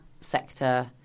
sector